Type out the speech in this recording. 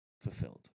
fulfilled